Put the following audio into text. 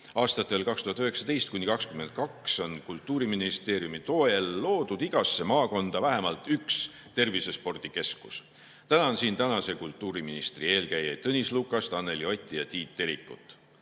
Aastatel 2019–2022 loodi Kultuuriministeeriumi toel igasse maakonda vähemalt üks tervisespordikeskus. Tänan siin tänase kultuuriministri eelkäijaid: Tõnis Lukast, Anneli Otti ja Tiit Terikut.